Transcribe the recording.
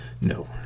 No